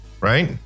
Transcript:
right